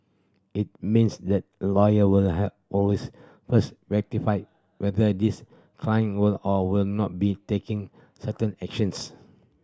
it means that a lawyer will have always first whether this client will or will not be taking certain actions